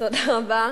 תודה רבה.